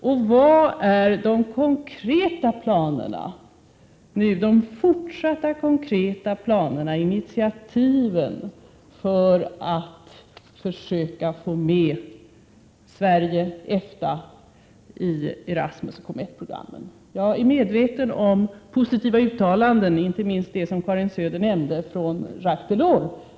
Och vilka är de konkreta planerna när det gäller fortsatta initiativ för att försöka få med Sverige och EFTA i Erasmusoch COMETT-programmen? Jag är medveten om att det förekommit positiva uttalanden, inte minst det av Jacques Delors som Karin Söder nämnde.